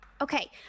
okay